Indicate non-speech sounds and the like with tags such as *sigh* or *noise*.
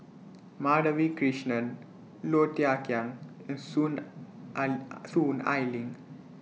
Madhavi Krishnan Low Thia Khiang and Soon *noise* Ai Soon Ai Ling